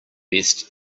best